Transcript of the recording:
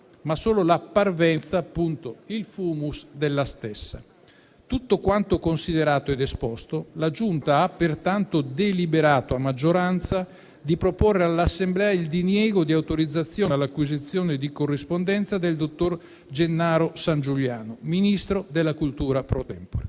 ma solo la parvenza (il *fumus*, appunto) della stessa. Tutto quanto considerato ed esposto, la Giunta ha pertanto deliberato a maggioranza di proporre all'Assemblea il diniego di autorizzazione all'acquisizione di corrispondenza del dottor Gennaro Sangiuliano, Ministro della cultura *pro tempore*.